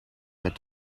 met